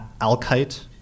Alkite